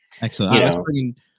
excellent